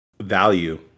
value